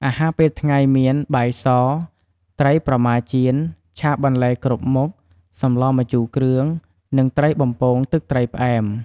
អាហារពេលថ្ងៃមាន បាយស ត្រីប្រម៉ាចៀន ឆាបន្លែគ្រប់មុខ សម្លរម្ជូរគ្រឿង និងត្រីបំពងទឹកត្រីផ្អែម។